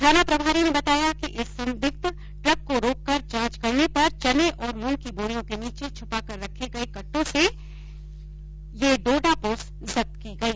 थाना प्रभारी ने बताया कि एक संदिग्ध ट्रक को रोककर जांच करने पर चने और मूंग की बोरियों के नीचे छपाकर रखे गये कटटों से ये डोडा पोस्त जब्त की गई